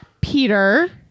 Peter